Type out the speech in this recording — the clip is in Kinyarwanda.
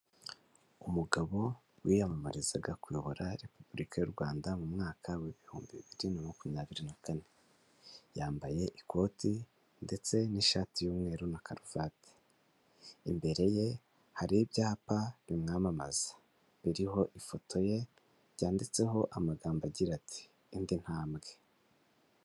Umugabo wiyamamarizaga kuyobora Repubulika y'u Rwanda mu mwaka w'ibihumbi bibiri na makumyabiri na kane, yambaye ikoti ndetse n'ishati y'umweru na karuvati; imbere ye hari ibyapa bimwamamaza biriho ifoto ye, byanditseho amagambo agira ati: "indi ntambwe''.